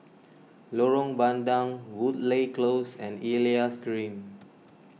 Lorong Bandang Woodleigh Close and Elias Green